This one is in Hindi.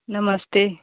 नमस्ते